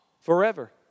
Forever